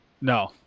No